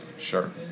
Sure